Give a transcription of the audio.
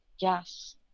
Yes